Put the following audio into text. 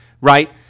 right